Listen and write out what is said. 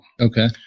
okay